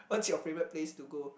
what's your favourite place to go